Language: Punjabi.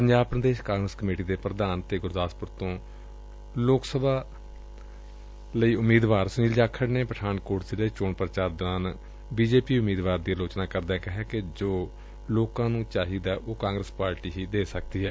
ਪੰਜਾਬ ਪ੍ਰਦੇਸ਼ ਕਾਂਗਰਸ ਕਮੇਟੀ ਦੇ ਪ੍ਰਧਾਨ ਅਤੇ ਗੁਰਦਾਸਪੁਰ ਤੋਂ ਲੋਕ ਸਭਾ ਉਮੀਦਵਾਰ ਸੁਨੀਲ ਜਾਖੜ ਨੇ ੱਜ ਪਠਾਨਕੋਟ ਜ਼ਿਲੇ ਵਿਚ ਚੋਣ ਪੁਚਾਰ ਦੌਰਾਨ ਬੀਜੇਪੀ ਉਮੀਦਵਾਰ ਦੀ ਆਲੋਚਨਾ ਕਰਦਿਆ ਕਿਹਾ ਕਿ ਲੋਕਾਂ ਨੂੰ ਜੋ ਚਾਹੀਦਾ ਉਹ ਕਾਂਗਰਸ ਪਾਰਟੀ ਹੀ ਕਰ ਸਕਦੀ ਏ